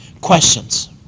Questions